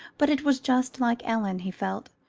but it was just like ellen, he felt,